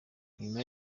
nyuma